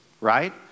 right